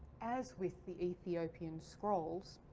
as with the ethiopian scrolls,